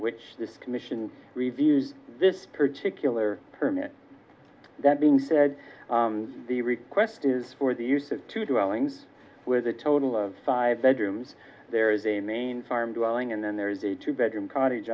which this commission reviews this particular permit that being said the request is for the use of to do all ngs with a total of five bedrooms there is a main farm dwelling and then there is a two bedroom cottage